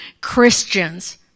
Christians